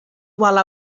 while